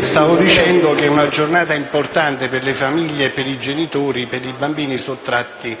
Stavo dicendo che oggi è una giornata importante per le famiglie, per i genitori e per i bambini sottratti